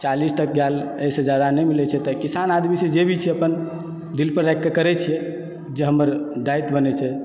चालीस तक गेल एहिसँ जादा नहि मिलय छै तऽ किसान आदमी छी जे भी छै अपन दिल पर राखिके करय छियै जे हमर दायित्व बनय छै